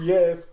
Yes